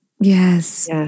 yes